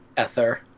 ether